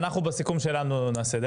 אנחנו בסיכום שלנו נעשה את זה,